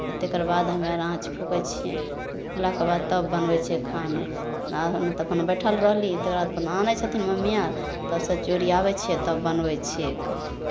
आ तकर बाद हमे आर आँच फूँकै छियै आ फुकलाके बाद तब बनबै छियै खाना आ हम तऽ अपन बैठल रहली तकर बाद अपन आनै छथिन मम्मी अर तऽ सभचीज ओरियाबै छियै तब बनबै छियै कऽ